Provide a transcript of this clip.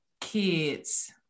kids